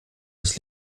des